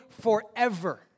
forever